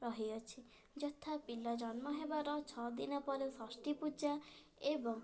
ରହିଅଛି ଯଥା ପିଲା ଜନ୍ମ ହେବାର ଛଅ ଦିନ ପରେ ଷଷ୍ଠୀ ପୂଜା ଏବଂ